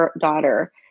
daughter